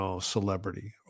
celebrity